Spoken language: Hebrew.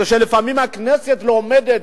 כשלפעמים הכנסת לא עומדת,